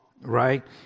right